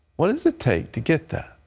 what does it take to get that?